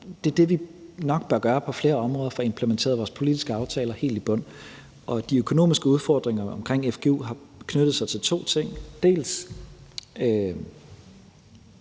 Det er det, vi nok bør gøre på flere områder, altså få implementeret vores politiske aftaler helt i bund. De økonomiske udfordringer omkring fgu har knyttet sig til en nok lidt